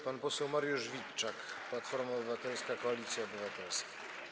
Pan poseł Mariusz Witczak, Platforma Obywatelska - Koalicja Obywatelska.